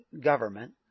government